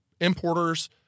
importers